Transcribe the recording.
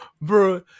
Bro